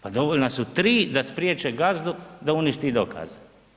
Pa dovoljna su 3 da spriječe gazdu da uništi dokaze.